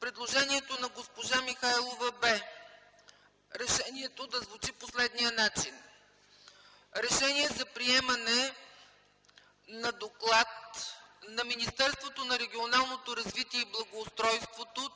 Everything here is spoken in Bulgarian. Предложението на госпожа Михайлова бе решението да звучи по следния начин: „Решение за приемане на Доклад на Министерството на регионалното развитие и благоустройството,